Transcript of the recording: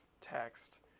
text